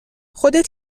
خودت